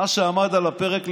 מה שעמד על הפרק,